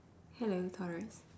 hello taurus